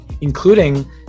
including